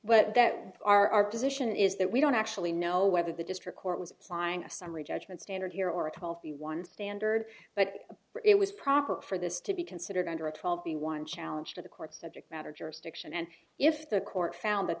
what that our position is that we don't actually know whether the district court was applying a summary judgment standard here or a healthy one standard but it was proper for this to be considered under twelve being one challenge to the court subject matter jurisdiction and if the court found that